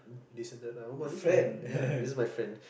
this is the this is my ya this is my friend